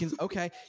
Okay